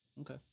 Okay